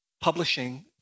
publishing